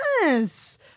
Yes